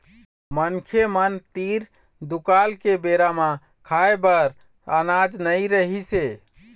मनखे मन तीर दुकाल के बेरा म खाए बर अनाज नइ रिहिस हे